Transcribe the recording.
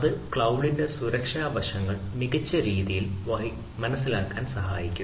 അത് ക്ലൌഡിന്റെ സുരക്ഷാ വശങ്ങൾ മികച്ച രീതിയിൽ മനസിലാക്കാൻ സഹായിക്കും